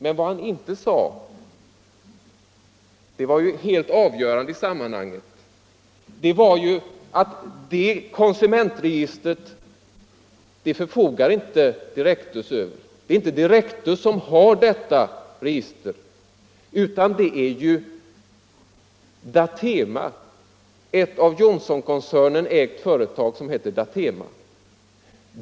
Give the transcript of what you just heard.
Men vad han inte sade är det helt avgörande i sammanhanget, nämligen att Direktus inte förfogar över det konsumentregistret. Det är DATEMA -— ett av Johnsonkoncernen ägt företag — som har detta register.